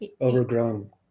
overgrown